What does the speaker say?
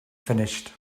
finished